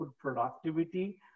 productivity